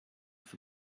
for